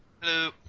Hello